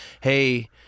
hey